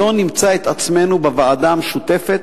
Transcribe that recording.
שלא נמצא את עצמנו בוועדה המשותפת,